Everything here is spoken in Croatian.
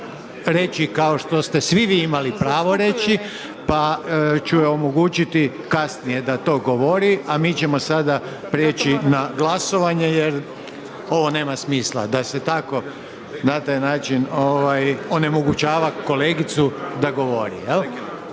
reći kao što ste svi vi imali pravo reći pa ću joj omogućiti kasnije da to govori a mi ćemo sada prijeći na glasovanje jer ovo nema smisla da se tako na taj način onemogućava kolegicu da govori,